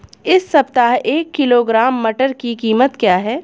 इस सप्ताह एक किलोग्राम मटर की कीमत क्या है?